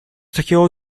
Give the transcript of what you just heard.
takiego